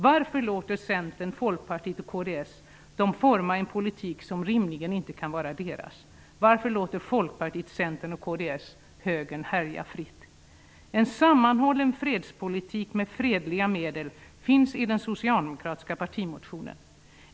Varför låter Centern, Folkpartiet och kds dem forma en politik som rimligen inte kan vara deras? Varför låter Folkpartiet, Centern och kds högern härja fritt? En sammanhållen fredspolitik med fredliga medel finns i den socialdemokratiska partimotionen.